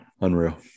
Unreal